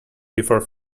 before